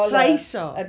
trishaw